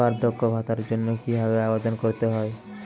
বার্ধক্য ভাতার জন্য কিভাবে আবেদন করতে হয়?